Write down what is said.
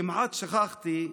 כמעט שכחתי,